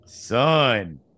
Son